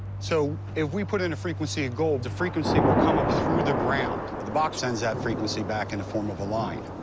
so if we put in a frequency of gold, the frequency will come up through the ground, but the box sends that frequency back in the form of a line.